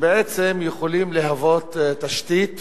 שבעצם יכולים להוות תשתית